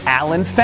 Alan